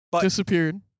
Disappeared